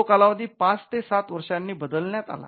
तो कालावधी ५ ते ७ वर्षांनी बदलण्यात आला